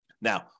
Now